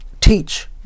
teach